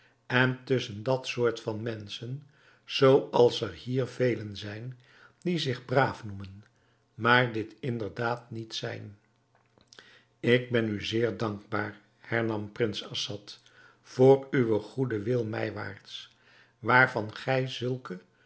en tusschen dat soort van menschen zooals er hier velen zijn die zich braaf noemen maar dit inderdaad niet zijn ik ben u zeer dankbaar hernam prins assad voor uwen goeden wil mijwaarts waarvan gij zulke